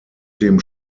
dem